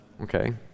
Okay